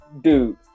dude